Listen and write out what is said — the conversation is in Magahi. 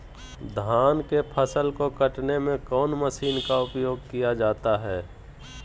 धान के फसल को कटने में कौन माशिन का उपयोग किया जाता है?